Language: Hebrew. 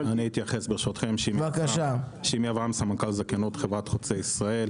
אני סמנכ"ל זכיינות בחברת כביש חוצה ישראל.